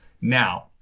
Now